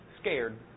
scared